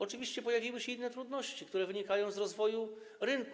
Oczywiście pojawiły się inne trudności, które wynikają z rozwoju rynku.